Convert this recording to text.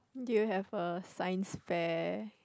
do you have a science fair